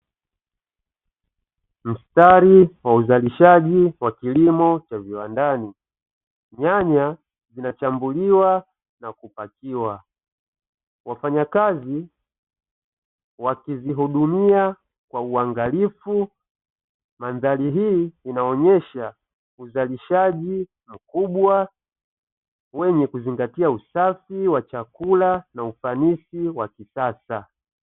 Mstari wa uzalishaji wa kilimo cha viwandani. Nyanya zinachambuliwa na kupakiwa. Wafanyakazi wakizihudumia kwa uangalifu. Mandhari hii inaonyesha uzalishaji mkubwa wenye kuzingatia usafi wa chakula na ufanisi wa kisasa.